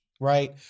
Right